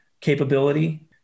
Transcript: capability